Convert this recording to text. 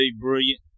brilliant